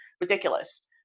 ridiculous